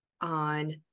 on